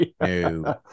No